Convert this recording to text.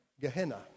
Gehenna